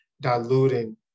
diluting